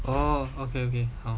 oh okay okay 好